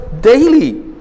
daily